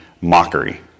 mockery